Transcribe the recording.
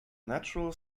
natural